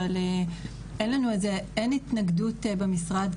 אבל אין התנגדות במשרד,